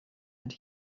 and